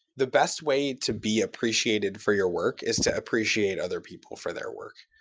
the best way to be appreciated for your work is to appreciate other people for their work.